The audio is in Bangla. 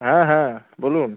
হ্যাঁ হ্যাঁ বলুন